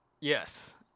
Yes